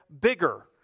bigger